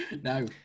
No